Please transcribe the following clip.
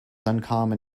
uncommon